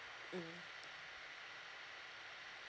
mm